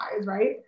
right